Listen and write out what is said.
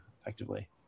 effectively